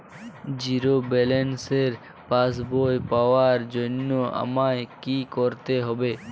Zero ব্যালেন্সের পাসবই পাওয়ার জন্য আমায় কী করতে হবে?